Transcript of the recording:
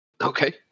Okay